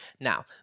now